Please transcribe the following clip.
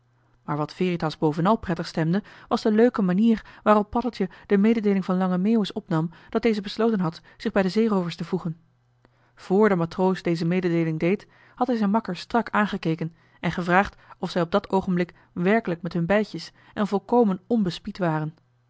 maar wat veritas bovenal prettig stemde was de leuke manier waarop paddeltje de mededeeling van lange meeuwis opnam dat deze besloten had zich bij de zeeroovers te voegen vr de matroos deze mededeeling deed had hij zijn makker strak aangekeken en gevraagd of zij op dat oogenblik werkelijk met hun beidjes en volkomen onbespied waren